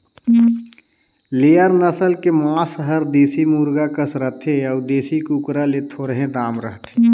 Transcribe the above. layer नसल के मांस हर देसी मुरगा कस रथे अउ देसी कुकरा ले थोरहें दाम रहथे